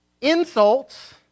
insults